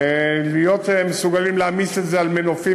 להיות מסוגלים להעמיס את זה על מנופים